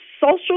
social